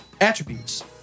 attributes